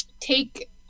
take